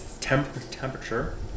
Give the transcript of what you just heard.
temperature